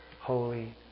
holy